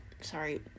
Sorry